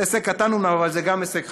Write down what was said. זה הישג קטן, אומנם, אבל זה גם הישג חשוב.